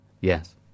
Yes